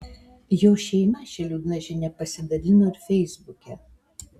jo šeima šia liūdna žinia pasidalino ir feisbuke